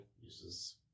uses